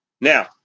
Now